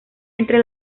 entre